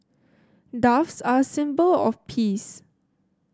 doves are a symbol of peace